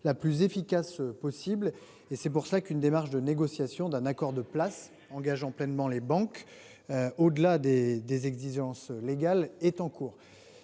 la plus efficace possible et c'est pour cela qu'une démarche de négociation d'un accord de place engageant pleinement les banques. Au-delà des des exigences légales est en cours.